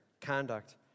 Conduct